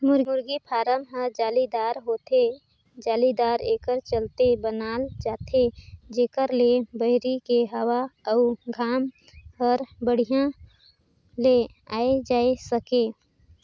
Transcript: मुरगी फारम ह जालीदार होथे, जालीदार एकर चलते बनाल जाथे जेकर ले बहरी के हवा अउ घाम हर बड़िहा ले आये जाए सके